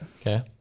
Okay